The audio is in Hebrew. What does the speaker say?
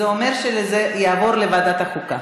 זה אומר שזה יעבור לוועדת החוקה.